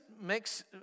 makes